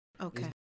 okay